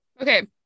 Okay